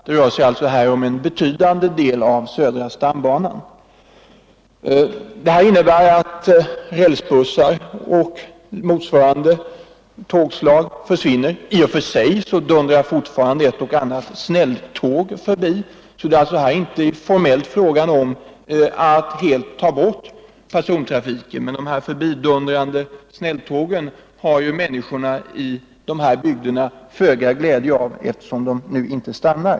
Det rör sig alltså här om en betydande del av södra stambanan. Det innebär att rälsbussar och motsvarande tågslag försvinner. Visserligen dundrar fortfarande ett och annat snälltåg förbi, så det är inte formellt fråga om att helt ta bort persontrafiken, men de förbidundrande snälltågen har människorna i dessa bygder föga glädje av, eftersom de tågen inte stannar.